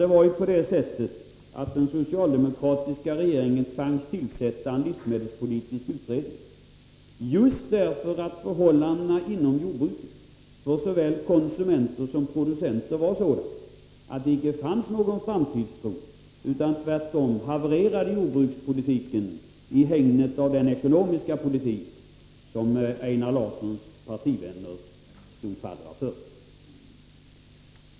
Det var ju på det sättet att den socialdemokratiska regeringen tvangs tillsätta en livsmedelspolitisk utredning just därför att förhållandena inom jordbruket för såväl konsumenter som producenter var sådana att det inte fanns någon framtidstro. Tvärtom havererade jordbrukspolitiken i hägnet av den ekonomiska politik som Einar Larssons partivänner stod faddrar för.